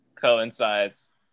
coincides